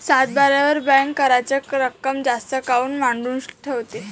सातबाऱ्यावर बँक कराच रक्कम जास्त काऊन मांडून ठेवते?